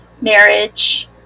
marriage